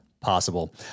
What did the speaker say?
possible